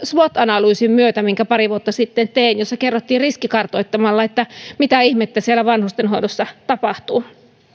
swot analyysin myötä minkä pari vuotta sitten tein jossa kerrottiin riskikartoittamalla että mitä ihmettä siellä vanhustenhoidossa tapahtuu